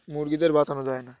মুরগিদের বাঁচানো যায় না